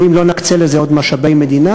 ואם לא נקצה לזה עוד משאבי מדינה,